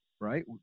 right